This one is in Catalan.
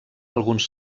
alguns